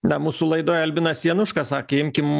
na mūsų laidoj albinas januška sakė imkim